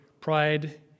pride